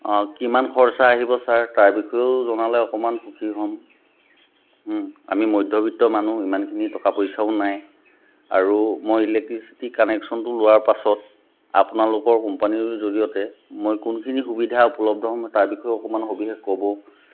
অঁ কিমান খৰচ আহিব ছাৰ তাৰ বিষয়েও জনালে অকণমান সুখী হ'ম আমি মধ্যবিত্ত মানুহ ইমানখিনি টকা পইচাও নাই আৰু মই ইলেক্ট্ৰিচিটি কানেকশ্যনটো লোৱাৰ পাছত আপোনালোকৰ কোম্পানীৰ জৰিয়তে মই কোনখিনি সুবিধা উপলব্ধ হ'ম তাৰ বিষয়েও অকণমান সবিশেষ ক'ব